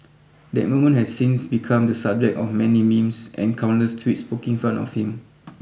that moment has since become the subject of many memes and countless tweets poking fun of him